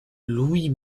louis